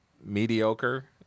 mediocre